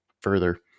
further